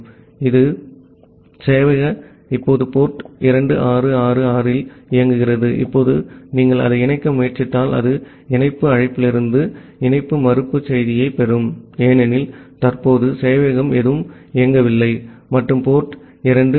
ஆகவே சேவையகம் இப்போது போர்ட் 2666 இல் இயங்குகிறது இப்போது நீங்கள் அதை இணைக்க முயற்சித்தால் அது இணைப்பு அழைப்பிலிருந்து இணைப்பு மறுப்பு செய்தியைப் பெறும் ஏனெனில் தற்போது சேவையகம் எதுவும் இயங்கவில்லை மற்றும் போர்ட் 2555